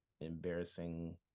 embarrassing